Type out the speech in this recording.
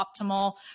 optimal